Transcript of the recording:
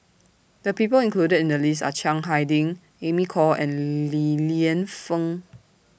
The People included in The list Are Chiang Hai Ding Amy Khor and Li Lienfung